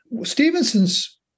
Stevenson's